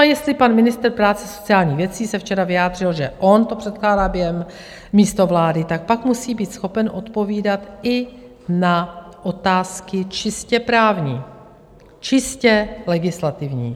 A jestli pan ministr práce a sociálních věcí se včera vyjádřil, že on to předkládá místo vlády, tak pak musí být schopen odpovídat i na otázky čistě právní, čistě legislativní.